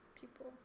people